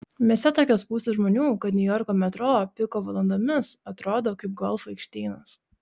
mieste tokios spūstys žmonių kad niujorko metro piko valandomis atrodo kaip golfo aikštynas